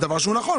זה דבר שהוא נכון.